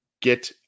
get